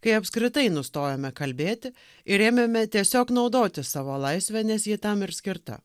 kai apskritai nustojome kalbėti ir ėmėme tiesiog naudotis savo laisve nes ji tam ir skirta